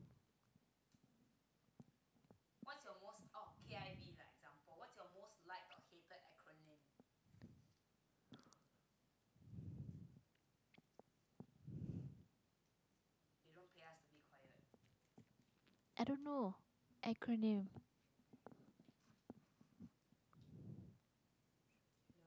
i don't know acronym